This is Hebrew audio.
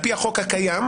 לפי החוק הקיים,